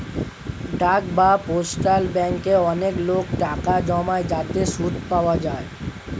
ডাক বা পোস্টাল ব্যাঙ্কে অনেক লোক টাকা জমায় যাতে সুদ পাওয়া যায়